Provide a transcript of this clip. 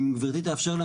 אם גברתי תאפשר לי,